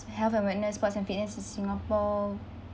health and wellness sports and fitness in singapore